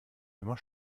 immer